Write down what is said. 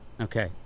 Okay